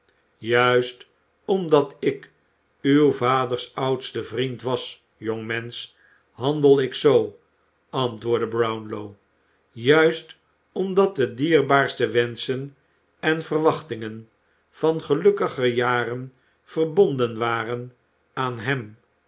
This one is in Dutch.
juist omdat ik uw vaders oudste vriend was jongmensch handel ik zoo antwoordde brownow juist omdat de dierbaarste wenschen en verwachtingen van gelukkiger jaren verbonden waren aan hem